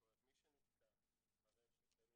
מי שנתקל ברשת,